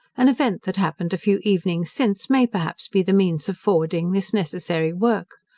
an event that happened a few evenings since may, perhaps, be the means of forwarding this necessary work.